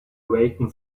awaken